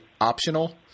optional